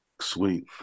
Sweet